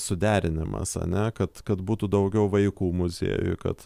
suderinimas ane kad kad būtų daugiau vaikų muziejuj kad